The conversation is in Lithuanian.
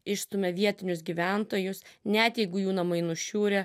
išstumia vietinius gyventojus net jeigu jų namai nušiurę